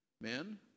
men